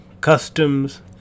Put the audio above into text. customs